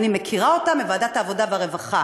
אני מכירה אותה מוועדת העבודה והרווחה.